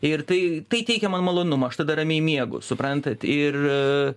ir tai tai teikia man malonumą aš tada ramiai miegu suprantat ir